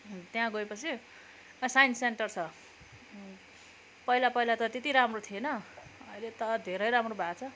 त्यहाँ गएपछि science centre छ पहिला पहिला त त्यति राम्रो थिएन अहिले त धेरै राम्रो भएको छ